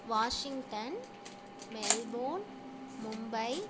Washington Melbourne Mumbai